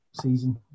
season